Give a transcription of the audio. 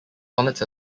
sonnets